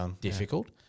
difficult